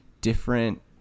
different